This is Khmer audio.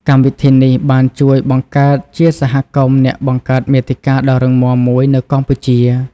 កម្មវិធីនេះបានជួយបង្កើតជាសហគមន៍អ្នកបង្កើតមាតិកាដ៏រឹងមាំមួយនៅកម្ពុជា។